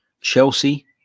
Chelsea